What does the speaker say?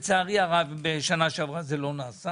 לצערי הרב בשנה שעברה זה לא נעשה